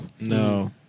No